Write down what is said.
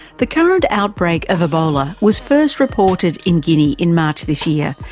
the current outbreak of ebola was first reported in guinea in march this year,